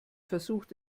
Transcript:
versucht